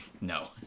No